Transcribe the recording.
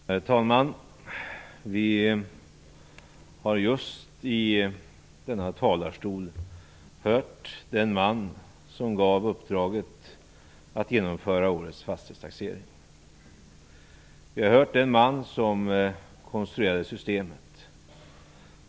Herr talman! Vi har just från denna talarstol hört den man som gav uppdraget att genomföra årets fastighetstaxering. Vi har hört den man som konstruerade systemet.